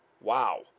Wow